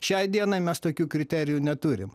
šiai dienai mes tokių kriterijų neturim